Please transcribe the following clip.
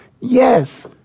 Yes